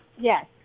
Yes